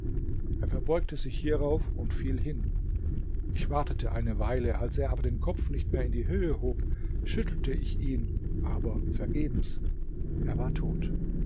er verbeugte sich hierauf und fiel hin ich wartete eine weile als er aber den kopf nicht mehr in die höhe hob schüttelte ich ihn aber vergebens er war tot